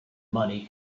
money